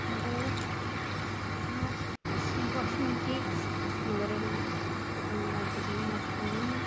मतलब तुसें अज्ज पुच्छेआ कोच्शन मिकी मगर कम्मै काजै च में मस्त रौह्नीं आं